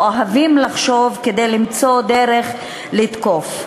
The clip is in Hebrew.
או אוהבים לחשוב כדי למצוא דרך לתקוף.